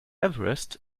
everest